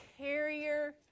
carrier